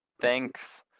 Thanks